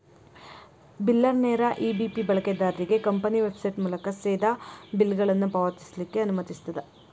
ಬಿಲ್ಲರ್ನೇರ EBP ಬಳಕೆದಾರ್ರಿಗೆ company website ಮೂಲಕಾ ಸೇದಾ ಬಿಲ್ಗಳನ್ನ ಪಾವತಿಸ್ಲಿಕ್ಕೆ ಅನುಮತಿಸ್ತದ